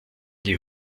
die